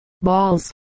balls